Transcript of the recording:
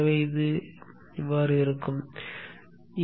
எனவே இது போன்றது